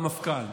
והמפכ"ל,